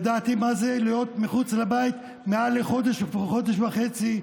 ידעתי מה זה להיות מחוץ לבית מעל לחודש וחודש וחצי,